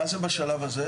מה זה בשלב הזה?